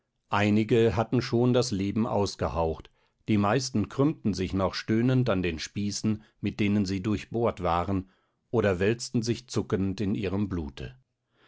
einige hatten schon das leben ausgehaucht die meisten krümmten sich noch stöhnend an den spießen mit denen sie durchbohrt waren oder wälzten sich zuckend in ihrem blute